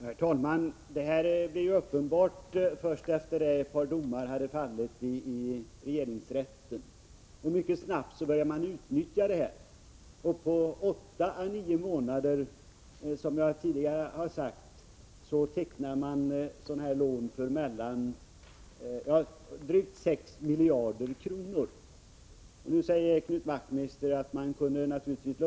Herr talman! Detta förhållande blev uppenbart först efter det att ett par domar fallit i regeringsrätten. Mycket snabbt började man då utnyttja denna möjlighet. På åtta å nio månader tecknade man, som jag tidigare sagt, sådana här lån på drygt 6 miljarder kronor. Nu säger Knut Wachtmeister att vi borde kunna vänta.